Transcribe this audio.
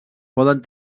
poden